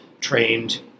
trained